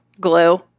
glue